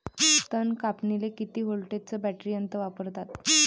तन कापनीले किती व्होल्टचं बॅटरी यंत्र वापरतात?